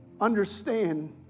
understand